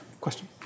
Question